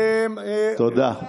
תודה.